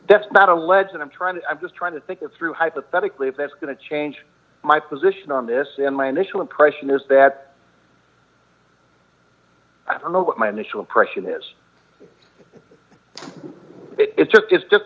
that's not alleged and i'm trying to i'm just trying to think through hypothetically if that's going to change my position on this in my initial impression is that i don't know what my initial impression is it's